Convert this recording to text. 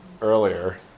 earlier